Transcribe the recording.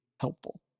helpful